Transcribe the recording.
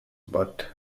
but